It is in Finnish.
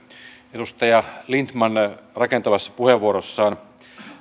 edustaja lindtman rakentavassa puheenvuorossaan